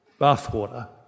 bathwater